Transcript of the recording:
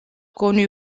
connu